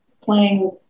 playing